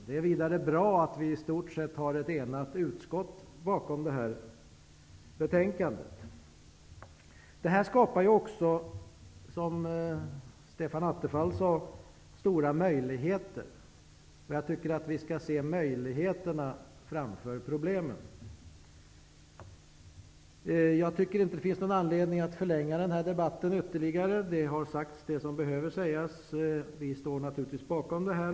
Vidare är det bra att vi i stort sett har ett enigt utskott bakom betänkandet. Detta skapar ju också, som Stefan Attefall sade, stora möjligheter. Jag tycker vi skall se möjligheterna framför problemen. Det finns ingen anledning att förlänga debatten ytterligare. Det som behöver sägas, har sagts. Vi står naturligtvis bakom detta.